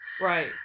Right